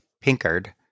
Pinkard